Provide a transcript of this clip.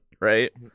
Right